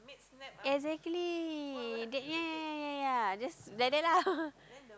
exactly that ya ya ya ya ya just like that lah